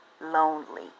lonely